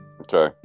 Okay